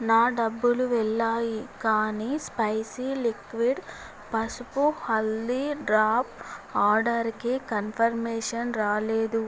నా డబ్బులు వెళ్ళాయి కానీ స్పైసి లిక్విడ్ పసుపు హల్దీ డ్రాప్ ఆర్డర్కి కన్ఫర్మేషన్ రాలేదు